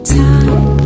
time